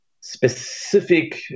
specific